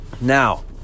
now